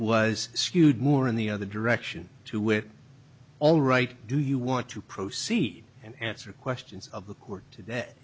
was skewed more in the other direction to wit all right do you want to proceed and answer questions of the court to